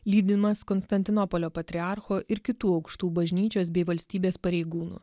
lydimas konstantinopolio patriarcho ir kitų aukštų bažnyčios bei valstybės pareigūnų